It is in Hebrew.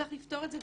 צריך לפתור את זה,